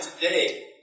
today